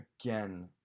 again